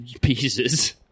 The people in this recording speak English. pieces